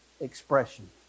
expression